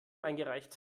eingereicht